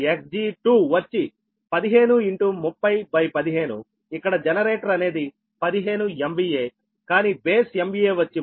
అదేవిధంగా Xg2 వచ్చి 153015 ఇక్కడ జనరేటర్ అనేది 15 MVAకానీ బేస్ MVA వచ్చి 30